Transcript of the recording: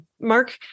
Mark